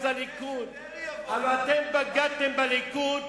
הלוא הבית שלכם זה הליכוד.